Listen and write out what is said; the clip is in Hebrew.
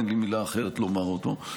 אין לי מילה אחרת לומר על זה.